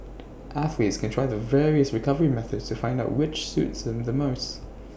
athletes can try the various recovery methods to find out which suits them the most